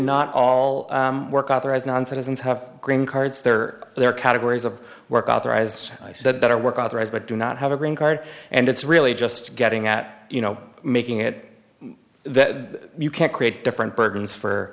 not all work authorized non citizens have green cards there there are categories of work out there as i said that are work authorized but do not have a green card and it's really just getting at you know making it that you can't create different bergen's for